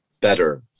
better